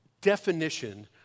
definition